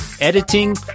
editing